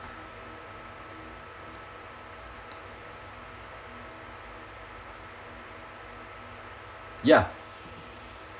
ya